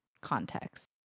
context